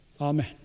Amen